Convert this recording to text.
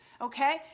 Okay